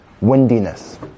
windiness